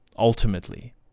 ultimately